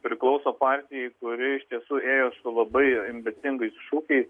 priklauso partijai kuri iš tiesų ėjo su labai ambicingais šūkiais